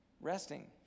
Resting